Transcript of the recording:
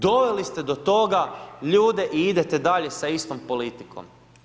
Doveli ste do toga ljude i idete dalje sa istom politikom.